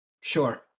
Sure